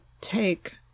take